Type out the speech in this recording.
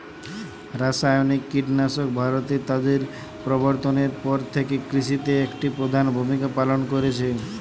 রাসায়নিক কীটনাশক ভারতে তাদের প্রবর্তনের পর থেকে কৃষিতে একটি প্রধান ভূমিকা পালন করেছে